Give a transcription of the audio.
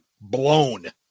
blown